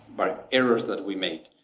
by errors that we made.